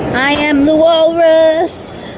i am the walrus,